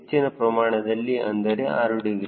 ಹೆಚ್ಚಿನ ಪ್ರಮಾಣದಲ್ಲಿ ಅಂದರೆ 6 ಡಿಗ್ರಿ